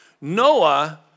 Noah